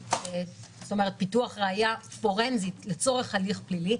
זאת אומרת פיתוח ראיה פורנזית לצורך הליך פלילי,